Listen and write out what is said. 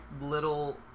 little